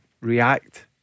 React